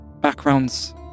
backgrounds